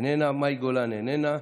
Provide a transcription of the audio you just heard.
איננה, מאי גולן, איננה,